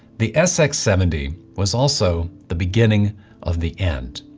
the sx seventy was also the beginning of the end.